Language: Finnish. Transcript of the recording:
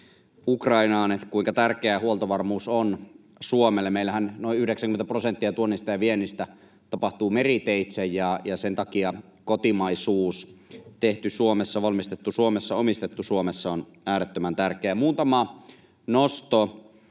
Ukrainaan, kuinka tärkeää huoltovarmuus on Suomelle. Meillähän noin 90 prosenttia tuonnista ja viennistä tapahtuu meriteitse, ja sen takia kotimaisuus — tehty Suomessa, valmistettu Suomessa, omistettu Suomessa — on äärettömän tärkeää. Muutama nosto